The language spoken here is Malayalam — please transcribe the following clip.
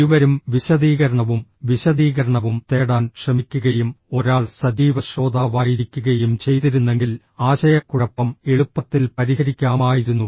ഇരുവരും വിശദീകരണവും വിശദീകരണവും തേടാൻ ശ്രമിക്കുകയും ഒരാൾ സജീവ ശ്രോതാവായിരിക്കുകയും ചെയ്തിരുന്നെങ്കിൽ ആശയക്കുഴപ്പം എളുപ്പത്തിൽ പരിഹരിക്കാമായിരുന്നു